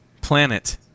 Planet